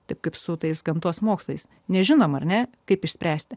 taip kaip su tais gamtos mokslais nežinome ar ne kaip išspręsti